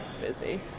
Busy